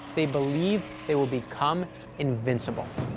they believed they would become invincible.